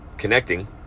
Connecting